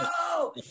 no